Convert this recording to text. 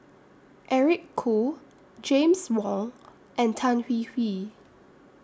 Eric Khoo James Wong and Tan Hwee Hwee